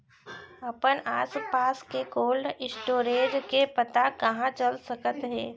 अपन आसपास के कोल्ड स्टोरेज के पता कहाँ चल सकत हे?